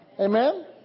Amen